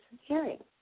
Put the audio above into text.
hearing